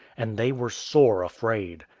and they were sore afraid.